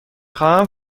خواهم